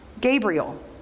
Gabriel